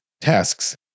tasks